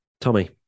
Tommy